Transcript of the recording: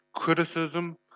Criticism